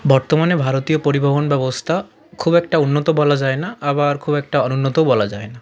বর্তমানে ভারতীয় পরিবহণ ব্যবস্থা খুব একটা উন্নত বলা যায় না আবার খুব একটা অনুন্নতও বলা যায় না